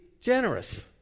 generous